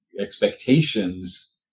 expectations